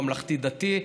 בממלכתי-דתי,